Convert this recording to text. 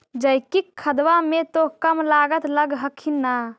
जैकिक खदबा मे तो कम लागत लग हखिन न?